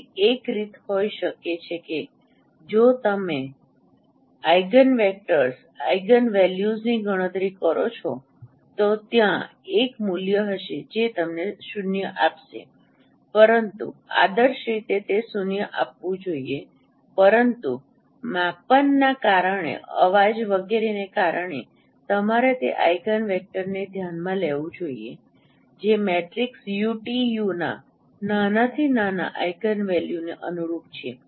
તેથી એક રીત હોઈ શકે છે કે જો તમે ઇગિનવેક્ટર્સ ઇગિનવેલ્યુઝની ગણતરી કરો છો તો ત્યાં એક મૂલ્ય હશે જે તમને 0 આપશે પરંતુ આદર્શ રીતે તે 0 આપવું જોઈએ પરંતુ માપનના કારણે અવાજ વગેરેને કારણે તમારે તે ઇગિનવેક્ટર્સને ધ્યાનમાં લેવું જોઈએ જે મેટ્રિક્સ 𝑈𝑇𝑈 ના નાનાથી નાના ઇગિનવેલ્યુઝને અનુરૂપ છે